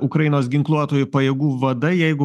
ukrainos ginkluotųjų pajėgų vadai jeigu